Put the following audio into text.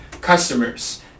customers